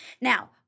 Now